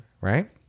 Right